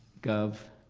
gov